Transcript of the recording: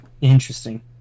Interesting